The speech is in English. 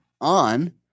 on